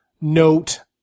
note